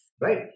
Right